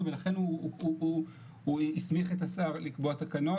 שהיום עובד עם מעבדות פרטיות כדי לקצר את התהליכים בנמל,